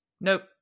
Nope